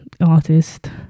artist